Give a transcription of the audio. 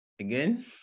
Again